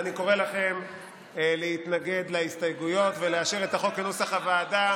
אני קורא לכם להתנגד להסתייגויות ולאשר את החוק כנוסח הוועדה.